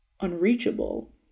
unreachable